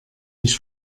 ich